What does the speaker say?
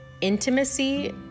intimacy